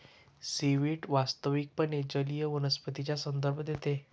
seaweed वास्तविकपणे जलीय वनस्पतींचा संदर्भ देते